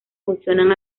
funcionan